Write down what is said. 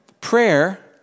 Prayer